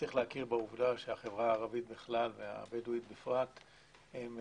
יש להכיר בעובדה שהחברה הערבית בכלל והבדואית בפרט סובלות